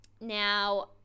now